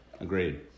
Agreed